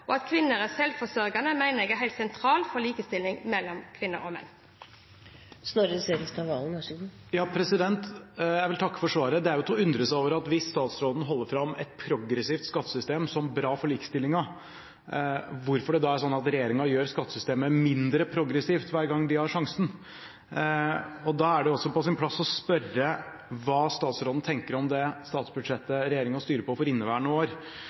At kvinner er selvforsørget, mener jeg er helt sentralt for likestilling mellom kvinner og menn. Jeg vil takke for svaret. Det er til å undre seg over at hvis statsråden holder fram et progressivt skattesystem som bra for likestillingen, hvorfor det da er sånn at regjeringen gjør skattesystemet mindre progressivt hver gang de har sjansen. Da er det på sin plass å spørre hva statsråden tenker om det statsbudsjettet regjeringen styrer etter i innværende år.